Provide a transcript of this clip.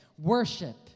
Worship